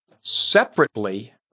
Separately